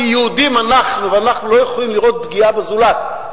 כי יהודים אנחנו ואנחנו לא יכולים לראות פגיעה בזולת,